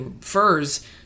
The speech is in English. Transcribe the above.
furs